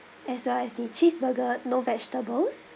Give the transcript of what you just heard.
as well as the cheeseburger no vegetables